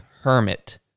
hermit